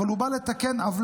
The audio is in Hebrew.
אבל הוא בא לתקן עוולה,